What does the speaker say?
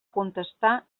contestar